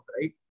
right